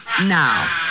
now